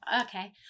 Okay